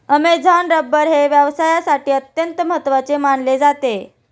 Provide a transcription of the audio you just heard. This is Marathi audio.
ॲमेझॉन रबर हे व्यवसायासाठी अत्यंत महत्त्वाचे मानले जाते